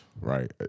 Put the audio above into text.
Right